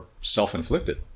self-inflicted